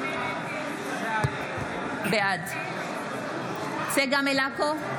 בעד צגה מלקו,